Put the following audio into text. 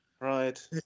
Right